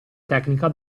tecnica